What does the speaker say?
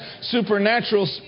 supernatural